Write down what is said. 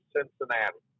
Cincinnati